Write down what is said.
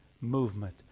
movement